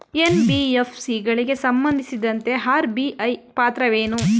NBFC ಗಳಿಗೆ ಸಂಬಂಧಿಸಿದಂತೆ RBI ಪಾತ್ರವೇನು?